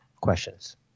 questions